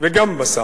וגם בסם,